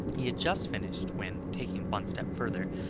he had just finished, when, taking one step further,